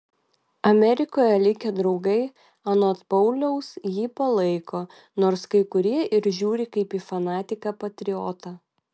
amerikoje likę draugai anot pauliaus jį palaiko nors kai kurie ir žiūri kaip į fanatiką patriotą